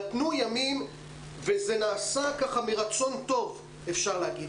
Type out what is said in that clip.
נתנו ימים וזה נעשה מרצון טוב אפשר להגיד.